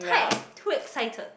too excited